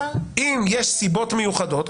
אם יש סיבות מיוחדות,